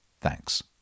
Thanks